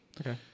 Okay